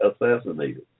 assassinated